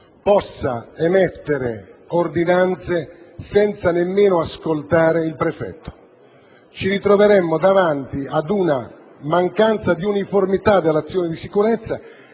possa emettere ordinanze senza nemmeno ascoltare il prefetto: ci troveremmo dinanzi ad una mancanza di uniformità dell'azione di sicurezza.